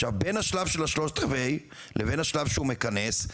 עכשיו בין השלב שלה השלושת רבעי לבין השלב שהוא מכנס,